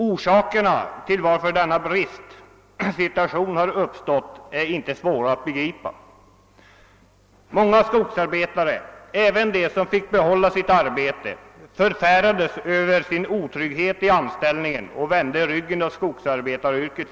Orsakerna till uppkomsten av denna bristsituation är inte svåra att förstå. Många skogsarbetare, även de som fick behålla sitt arbete, förfärades över sin otrygghet i anställningen och vände för gott ryggen åt skogsarbetaryrket.